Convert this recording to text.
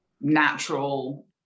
natural